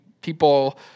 people